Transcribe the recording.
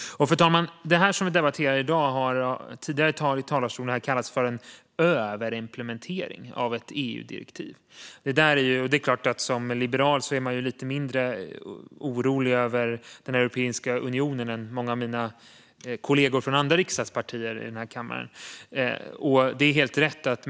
Fru talman! Det som vi debatterar i dag har tidigare här i talarstolen kallats för en överimplementering av ett EU-direktiv. Det är klart att jag som liberal är lite mindre orolig över Europeiska unionen än många av mina kollegor från andra riksdagspartier i den här kammaren. Det är helt rätt.